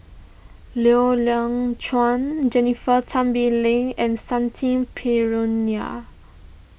Loy Chuan Jennifer Tan Bee Leng and Shanti